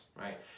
right